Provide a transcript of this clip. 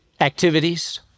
activities